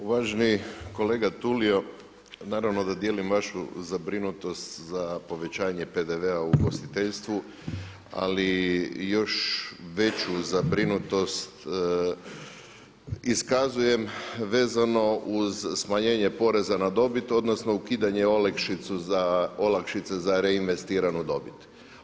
Uvaženi kolega Tulio, naravno da dijelim vašu zabrinutost za povećanje PDV-a u ugostiteljstvu ali još veću zabrinutost iskazujem vezano uz smanjenje poreza na dobit odnosno ukidanje olakšice za reinvestiranu dobit.